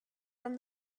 from